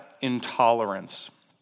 intolerance